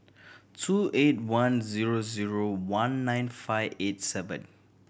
two eight one zero zero one nine five eight seven